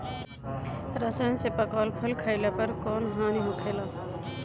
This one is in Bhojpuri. रसायन से पकावल फल खइला पर कौन हानि होखेला?